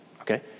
Okay